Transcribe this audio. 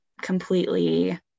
completely